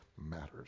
Matters